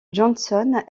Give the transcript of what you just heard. johnson